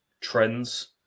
trends